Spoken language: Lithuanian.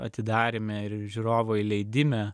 atidaryme ir žiūrovų leidime